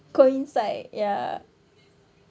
coincide ya